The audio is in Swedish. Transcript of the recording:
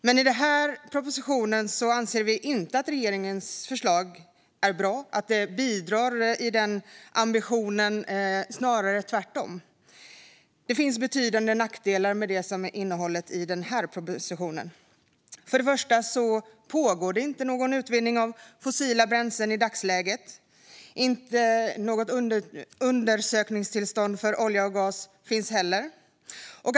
Men när det gäller den här propositionen anser vi inte att regeringens förslag är bra eller att det bidrar till ambitionen - snarare tvärtom. Det finns betydande nackdelar med innehållet i propositionen. Först och främst pågår inte någon utvinning av fossila bränslen i dagsläget. Det finns inte heller något undersökningstillstånd för olja och gas.